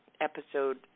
episode